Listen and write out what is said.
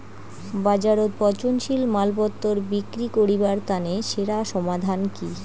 বাজারত পচনশীল মালপত্তর বিক্রি করিবার তানে সেরা সমাধান কি?